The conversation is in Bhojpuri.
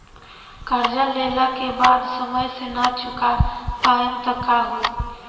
कर्जा लेला के बाद समय से ना चुका पाएम त का होई?